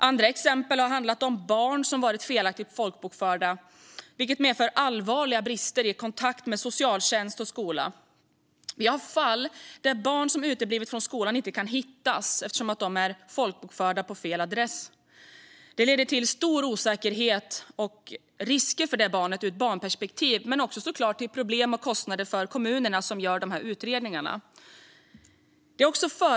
Andra exempel har handlat om barn som varit felaktigt folkbokförda, vilket medför allvarliga brister i kontakten med socialtjänst och skola. Det finns fall där barn som uteblivit från skolan inte kan hittas, eftersom de är folkbokförda på fel adress. Det leder till stor osäkerhet och risker för dessa barn ur ett barnperspektiv men såklart också till problem och kostnader för kommunerna som ska göra utredningarna.